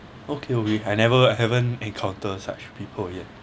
okay okay I never I haven't encountered such people yet